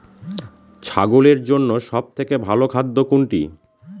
ছাগলের জন্য সব থেকে ভালো খাদ্য কোনটি?